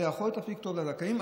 זה יכול להיות אפיק טוב לזכאים,